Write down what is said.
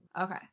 Okay